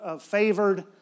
favored